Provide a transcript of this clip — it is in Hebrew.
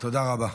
תודה רבה.